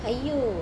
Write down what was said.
!aiyo!